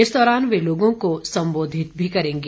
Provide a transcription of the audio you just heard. इस दौरान वे लोगों को संबोधित भी करेंगे